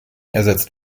ersetzt